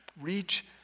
Reach